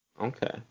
Okay